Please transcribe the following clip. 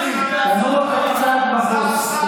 דודי, ככה המכבים מנצחים את המתייוונים.